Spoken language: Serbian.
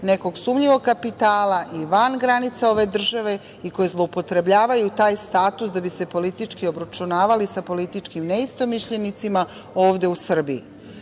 nekog sumnjivog kapitala i van granica ove države i koji zloupotrebljavaju taj status da bi se politički obračunavali sa političkim neistomišljenicima ovde u Srbiji. Imali